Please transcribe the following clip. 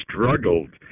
struggled